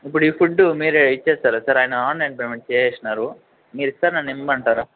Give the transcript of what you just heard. ఇప్పుడు ఈ ఫుడ్డు మేరే ఇచ్చేస్తారా సార్ ఆయన ఆన్లైన్ పేమెంట్ చేసేసినారు మీరిస్తారా నన్నిమ్మంటారా